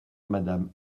madame